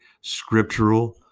scriptural